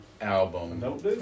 album